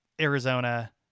Arizona